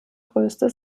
größte